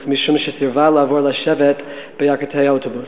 משום שסירבה לעבור לשבת בירכתי האוטובוס.